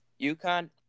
UConn